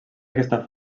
aquesta